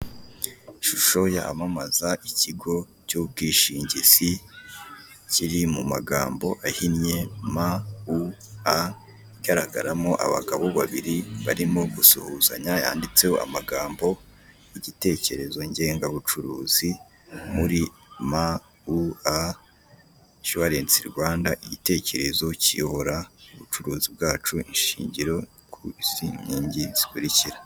Ishusho yamamaza ikigo cy'ubwishingizi kiri mu magambo ahinnye MUA, igaragaramo abagabo babiri barimo gusuhuzanya yanditseho amagambo "Igitekerezo ngenga-bucuruzi, muri MUA inshuwarensi Rwanda, igitekerezo kiyobora ubucuruzi bwacu inshingiro kuri izi nkingi zikurikira".